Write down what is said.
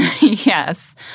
Yes